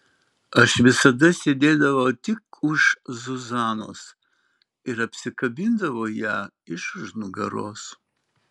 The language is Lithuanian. aš visada sėdėdavau tik už zuzanos ir apsikabindavau ją iš už nugaros